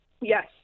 Yes